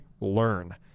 learn